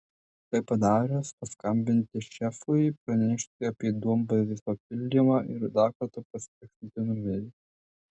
tai padarius paskambinti šefui pranešti apie duombazės papildymą ir dar kartą pasitikslinti numerį